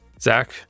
Zach